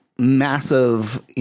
massive